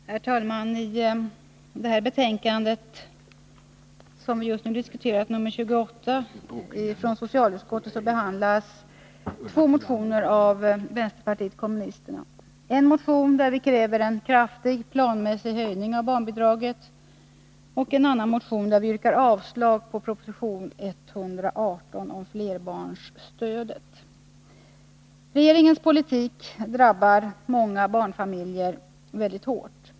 Herr talman! I det betänkande från socialutskottet som vi nu diskuterar, nr 28, behandlas två motioner av vänsterpartiet kommunisterna — en motion där vi kräver en kraftig planmässig höjning av barnbidraget och en annan motion där vi yrkar avslag på proposition 118 om flerbarnsstödet. Regeringens politik drabbar många barnfamiljer mycket hårt.